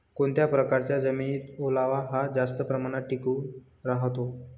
कोणत्या प्रकारच्या जमिनीत ओलावा हा जास्त प्रमाणात टिकून राहतो?